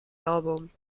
album